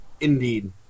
Indeed